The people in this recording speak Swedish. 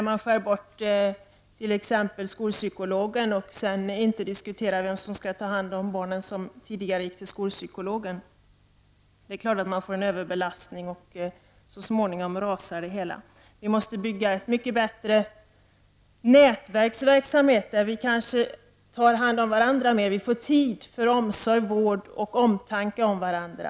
Man drar t.ex. in skolpsykologen och bryr sig vidare inte om de barn som behandlades av skolpsykologen. Det är klart att det blir en överbelastning och så småningom rasar det hela. Vi måste bygga en mycket bättre nätverksverksamhet där vi tar bättre hand om varandra, där vi får tid för omsorg, vård och omtanke om varandra.